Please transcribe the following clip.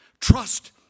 Trust